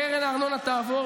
קרן הארנונה תעבור,